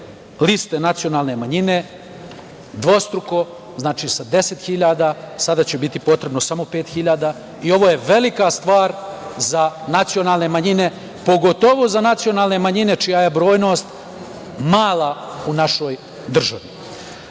liste nacionalne manjine dvostruko. Znači, sa deset hiljada sada će biti potrebno samo pet hiljada i ovo je velika stvar za nacionalne manjine, pogotovo za nacionalne manjine čija je brojnost mala u našoj državi. Svakako